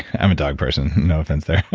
i'm a dog person, no offense there.